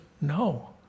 no